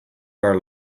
our